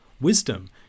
Wisdom